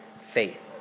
faith